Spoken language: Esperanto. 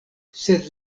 sed